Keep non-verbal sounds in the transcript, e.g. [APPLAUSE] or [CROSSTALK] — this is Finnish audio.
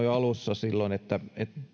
[UNINTELLIGIBLE] jo alussa että